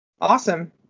Awesome